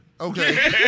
Okay